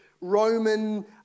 Roman